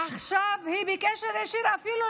עכשיו היא בקשר ישיר איתם,